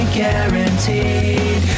guaranteed